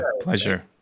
pleasure